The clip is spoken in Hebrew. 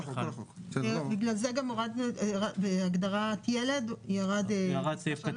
בגלל זה גם הורדנו בהגדרת ילד ירד סעיף קטן